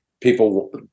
people